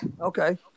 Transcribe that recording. Okay